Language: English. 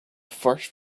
first